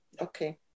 Okay